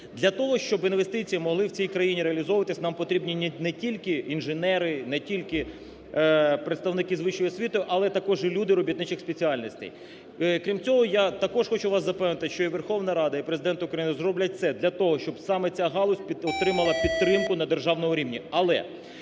Для того, щоб інвестиції могли в цій країні реалізовуватись, нам потрібні не тільки інженери, не тільки представники з вищою освітою, але також і люди з робітничою спеціальністю. Крім цього, я також хочу вас запевнити, що і Верховна Рада, і Президент України зроблять все для того, щоб саме ця галузь отримала підтримку на державному рівні.